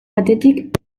batetik